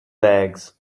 legs